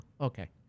okay